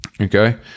Okay